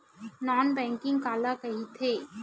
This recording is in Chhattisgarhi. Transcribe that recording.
नॉन बैंकिंग काला कइथे?